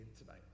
tonight